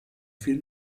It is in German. fiel